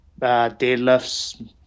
deadlifts